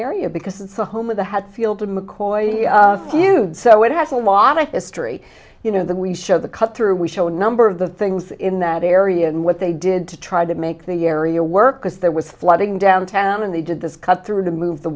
area because it's the home of the hadfield mccoy you so it has a lot of history you know that we show the cut through we showed a number of the things in that area and what they did to try to make the area work because there was flooding downtown and they did this cut through to move the